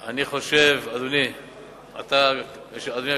אני חושב, אדוני היושב-ראש,